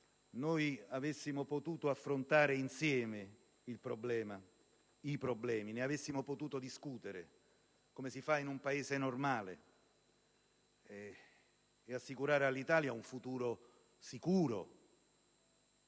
avessimo potuto affrontare insieme i problemi, che ne avessimo potuto discutere come si fa in un Paese normale, per assicurare all'Italia, insieme, un futuro sicuro.